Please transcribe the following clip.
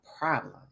problem